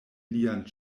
lian